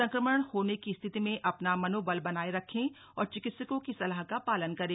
संक्रमण होने की स्थिति में अपना मनोबल बनाये रखे और चिकित्सकों की सलाह का पालन करें